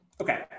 Okay